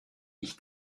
ich